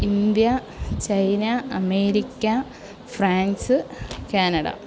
India China America France Canada